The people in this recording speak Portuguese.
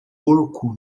porco